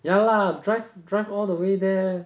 ya lah drive drive all the way there